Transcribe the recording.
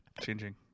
changing